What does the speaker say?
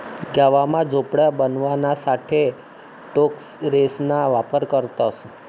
गाव मा झोपड्या बनवाणासाठे टोकरेसना वापर करतसं